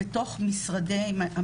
והוא נכנס להטמעה בתוך משרדי הממשלה.